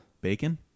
Bacon